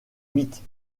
mythes